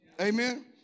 Amen